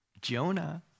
Jonah